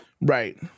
Right